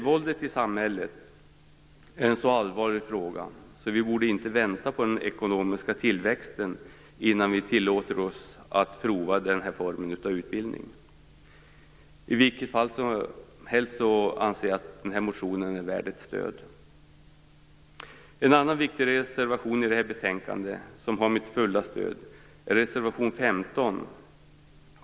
Våldet i samhället är en så allvarlig fråga att vi inte borde vänta på den ekonomiska tillväxten för att prova den formen av utbildning. Jag anser att den här motionen är värd ett stöd i vilket fall som helst. En annan viktig reservation i detta betänkande som har mitt fulla stöd är reservation 15.